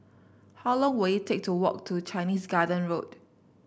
how long will it take to walk to Chinese Garden Road